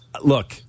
Look